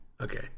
okay